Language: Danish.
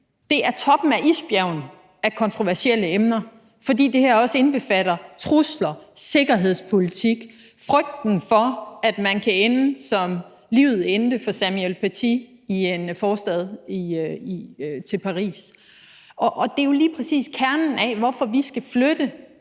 Det er toppen af isbjerget af kontroversielle emner, fordi det her også indbefatter trusler, sikkerhedspolitik, frygten for, at man kan ende med at miste livet, som det skete for Samuel Paty i en forstad til Paris. Det er jo lige præcis kernen i, hvorfor vi skal flytte